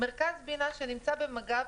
מרכז בינה שנמצא במג"ב,